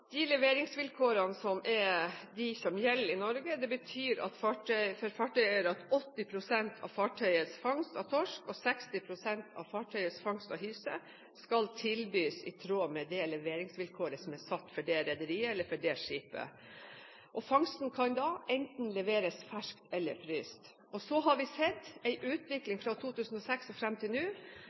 De leveringsvilkårene som gjelder i Norge, betyr for fartøyeier at 80 pst. av fartøyets fangst av torsk og 60 pst. av fartøyets fangst av hyse skal tilbys i tråd med det leveringsvilkåret som er satt for dette rederiet eller for det skipet. Fangsten kan leveres enten fersk eller frosset. Så har vi sett en utvikling fra 2006 og fram til nå